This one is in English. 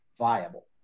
viable